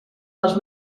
dels